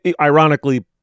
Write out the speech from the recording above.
ironically